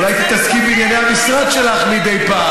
אולי תתעסקי בענייני המשרד שלך מדי פעם?